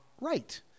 right